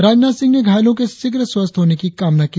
राजनाथ सिंह ने घायलों के शीघ्र स्वस्थ्य होने की कामना की